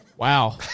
Wow